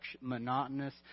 monotonous